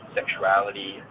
sexuality